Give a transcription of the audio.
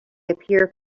appear